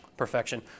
perfection